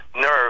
nerve